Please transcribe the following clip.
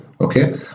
okay